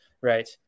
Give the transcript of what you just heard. right